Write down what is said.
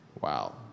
Wow